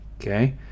Okay